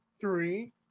three